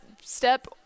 step